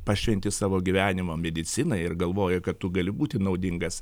pašventi savo gyvenimą medicinai ir galvoji kad tu gali būti naudingas